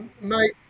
Mate